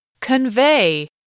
Convey